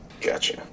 Gotcha